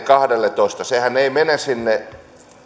kahdelletoista sehän ei mene sinne